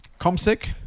ComSec